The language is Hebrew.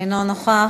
אינו נוכח.